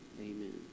Amen